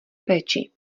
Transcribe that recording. péči